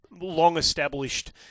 long-established